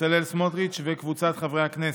בצלאל סמוטריץ' וקבוצת חברי הכנסת.